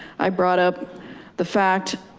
i brought up the fact